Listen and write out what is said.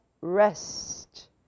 rest